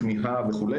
כמיהה וכו'.